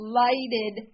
lighted